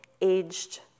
aged